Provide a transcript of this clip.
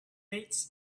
rich